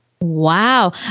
Wow